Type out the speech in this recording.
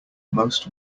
most